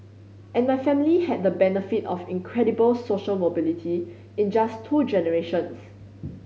and my family had the benefit of incredible social mobility in just two generations